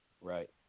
Right